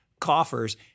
coffers